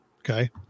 okay